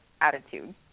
attitude